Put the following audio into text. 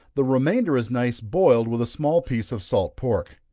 the remainder is nice boiled with a small piece of salt pork.